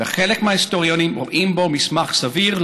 וחלק מההיסטוריונים רואים בו מסמך סביר,